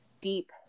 deep